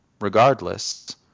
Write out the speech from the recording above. regardless